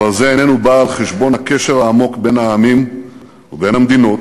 אבל זה איננו בא על חשבון הקשר העמוק בין העמים ובין המדינות,